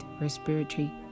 Respiratory